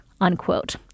unquote